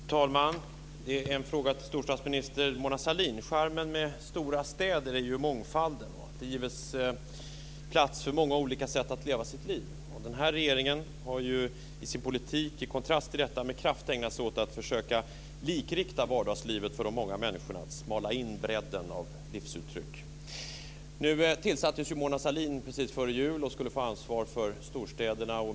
Fru talman! Jag har en fråga till storstadsminister Charmen med stora städer är ju mångfalden och att där gives plats för många olika sätt att leva sitt liv. Den här regeringen har i sin politik i kontrast till detta med kraft ägnat sig åt att försöka likrikta vardagslivet för de många människorna, att smalna in bredden av livsuttryck. Mona Sahlin tillsattes precis före jul och skulle få ansvar för storstäderna.